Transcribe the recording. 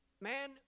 man